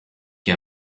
che